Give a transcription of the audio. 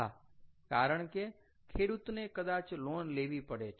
હા કારણ કે ખેડૂતને કદાચ લોન લેવી પડે છે